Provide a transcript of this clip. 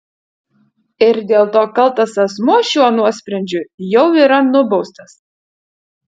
ir dėl to kaltas asmuo šiuo nuosprendžiu jau yra nubaustas